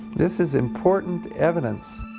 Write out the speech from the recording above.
this is important evidence.